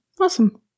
Awesome